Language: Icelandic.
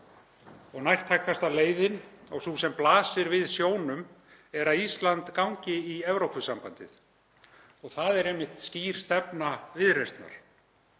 Nærtækasta leiðin og sú sem blasir við sjónum er að Ísland gangi í Evrópusambandið. Það er einmitt skýr stefna Viðreisnar.